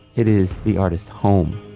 it is the artist's home.